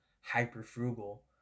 hyper-frugal